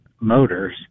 motors